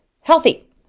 healthy